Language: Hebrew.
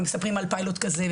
ומספרים על פיילוט כזה,